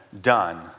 done